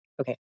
okay